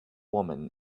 woman